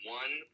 one